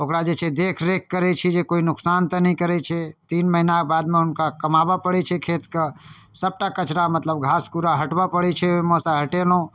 ओकरा जे छै देखरेख करै छी जे कोइ नुकसान तऽ नहि करै छै तीन महिना बादमे हुनका कमाबऽ पड़ै छै खेतके सबटा कचरा मतलब घास पूरा हटबऽ पड़ै छै ओहिमेसँ हटेलहुँ